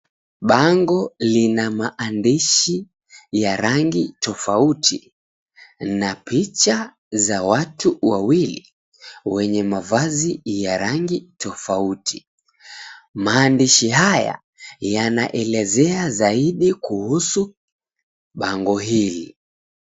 Bango lina maandishi ya rangi tofauti na picha za watu wawili wenye mavazi ya rangi tofauti. Maandishi haya yanaelezea zaidi kuhusu bango hili.